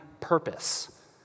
purpose